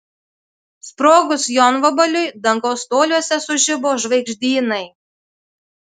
sprogus jonvabaliui dangaus toliuose sužibo žvaigždynai